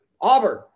Auburn